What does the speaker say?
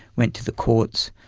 went to the courts.